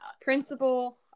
Principal